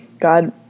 God